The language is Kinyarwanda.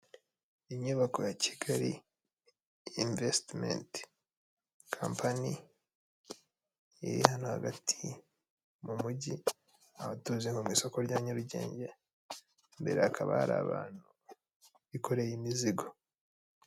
Inyubako ya Kigali Investment Company, iri hano hagati mu mujyi, aho tuzi nko mu isoko rya nyarugenge, imbere hakaba hari abantu bikoreye imizigo.